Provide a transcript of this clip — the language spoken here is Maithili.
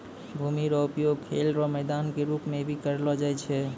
भूमि रो उपयोग खेल रो मैदान के रूप मे भी करलो जाय छै